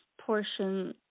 portion